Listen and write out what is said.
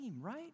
right